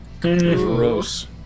Gross